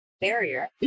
barrier